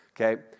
okay